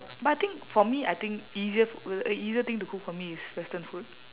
but I think for me I think easier f~ w~ easier thing to cook for me is western food